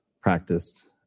practiced